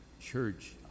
church